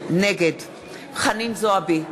נגד חנין זועבי,